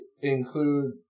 include